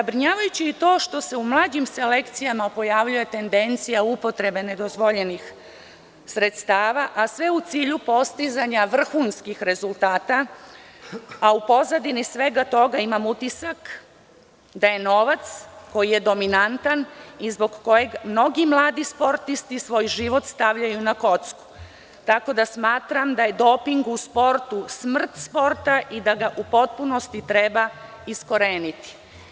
Zabrinjavajuće je to što se u mlađim selekcijama pojavljuje tendencija upotrebe nedozvoljenih sredstava a sve u cilju postizanja vrhunskih rezultata, a u pozadini svega toga imam utisak da je novac koji je dominantan i zbog kojeg mnogi mladi sportisti svoj život stavljaju na kocku, tako da smatram da je doping u sportu smrt sport i da ga u potpunosti treba iskoreniti.